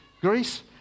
Greece